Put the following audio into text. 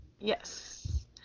Yes